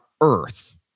earth